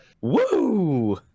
Woo